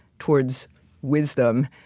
towards wisdom,